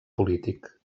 polític